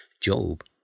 Job